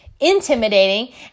Intimidating